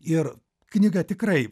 ir knyga tikrai